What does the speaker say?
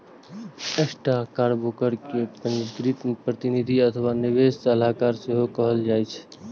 stockbroker कें पंजीकृत प्रतिनिधि अथवा निवेश सलाहकार सेहो कहल जाइ छै